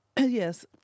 Yes